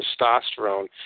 testosterone